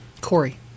Corey